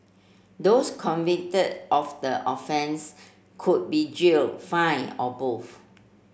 those convicted of the offence could be jailed fined or both